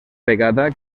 vegada